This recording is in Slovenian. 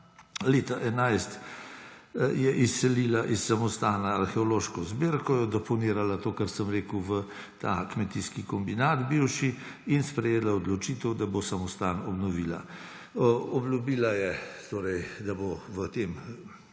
Leta 2011 je izselila iz samostana arheološko zbirko, jo deponirala – to, kar sem rekel – v ta bivši kmetijski kombinat in sprejela odločitev, da bo samostan obnovila. Obljubila je torej, da bo v tem